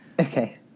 Okay